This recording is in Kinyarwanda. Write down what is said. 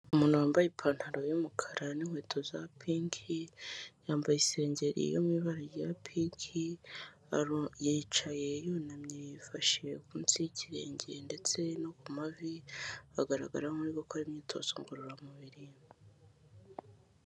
Umuntu wambaye ipantaro y'umukara n'inkweto za pinki yambaye isengeri yo mu ibara rya pinki yicaye yunamye yifashi munsi y'ikirenge ndetse no ku mavi agaragara nk'uri gukora imyitozo ngororamubiri.